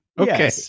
Okay